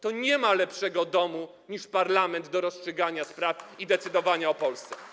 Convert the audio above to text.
Tu nie ma lepszego domu niż parlament do rozstrzygania spraw i decydowania o Polsce.